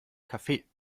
kaffee